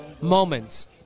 moments